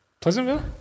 Pleasantville